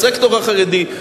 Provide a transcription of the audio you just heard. בסקטור החרדי,